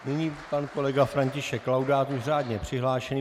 Nyní pan kolega František Laudát, už řádně přihlášený.